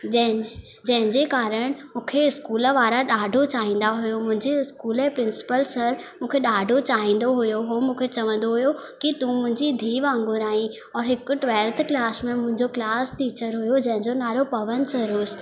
जंहिंजे जंही़जे कारण मूंखे स्कूल वारा ॾाढो चाहिंदा हुयो मुंहिंजे स्कूल ए प्रिंसीपल सर मूंखे ॾाढो चाहिंदो हुयो हो मूंखे चवंदो हुयो की तूं मुंहिंजी धीउ वांगुर आई और हिकु ट्वेल्थ क्लास में मुंहिंजो क्लास टीचर हुयो जंहिंजो नालो पवन सर हुसि